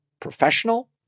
Professional